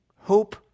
hope-